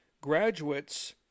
Graduates